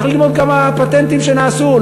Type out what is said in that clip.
צריך ללמוד כמה פטנטים שנעשו,